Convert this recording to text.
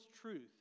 truth